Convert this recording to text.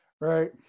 Right